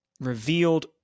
revealed